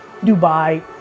Dubai